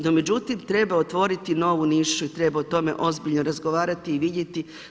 No međutim, treba otvoriti novu nišu i treba o tome ozbiljno razgovarati i vidjeti.